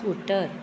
scooter